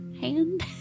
hand